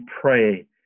pray